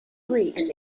greeks